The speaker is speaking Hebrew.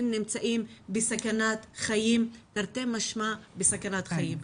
הם נמצאים תרתי משמע בסכנת חיים.